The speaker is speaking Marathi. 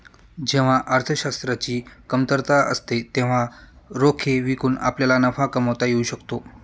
जेव्हा अर्थशास्त्राची कमतरता असते तेव्हा रोखे विकून आपल्याला नफा कमावता येऊ शकतो